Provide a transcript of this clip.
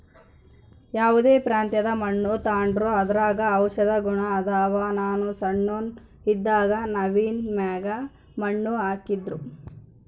ಯಾವ್ದೇ ಪ್ರಾಂತ್ಯದ ಮಣ್ಣು ತಾಂಡ್ರೂ ಅದರಾಗ ಔಷದ ಗುಣ ಅದಾವ, ನಾನು ಸಣ್ಣೋನ್ ಇದ್ದಾಗ ನವ್ವಿನ ಮ್ಯಾಗ ಮಣ್ಣು ಹಾಕ್ತಿದ್ರು